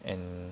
and